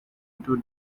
two